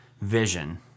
vision